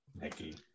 Nikki